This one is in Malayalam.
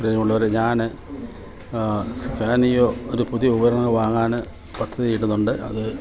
പ്രിയമുള്ളവരെ ഞാൻ സാനിയോ ഒരു പുതിയ ഉപകരണം വാങ്ങാൻ പദ്ധതി ഇടുന്നുണ്ട് അത്